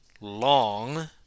long